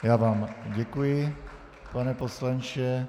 Já vám děkuji, pane poslanče.